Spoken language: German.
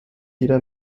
jeder